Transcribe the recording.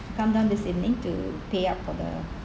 come down this evening to pay up for the